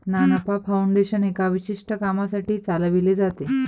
ना नफा फाउंडेशन एका विशिष्ट कामासाठी चालविले जाते